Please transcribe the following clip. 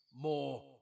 More